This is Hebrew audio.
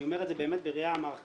אני אומר את זה באמת בראייה מערכתית,